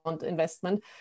investment